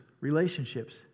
relationships